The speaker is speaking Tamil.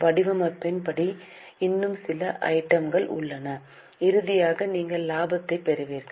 வடிவமைப்பின் படி இன்னும் சில ஐட்டம் கள் உள்ளன இறுதியாக நீங்கள் லாபத்தைப் பெறுவீர்கள்